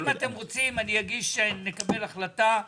אם אתם רוצים, נקבל החלטה.